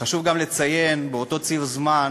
חשוב גם לציין באותו ציר זמן